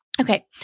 Okay